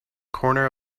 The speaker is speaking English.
corner